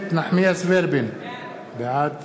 בעד